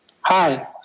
Hi